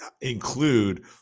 include